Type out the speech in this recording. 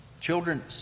Children